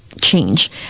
Change